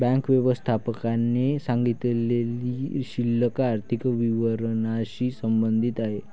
bank व्यवस्थापकाने सांगितलेली शिल्लक आर्थिक विवरणाशी संबंधित आहे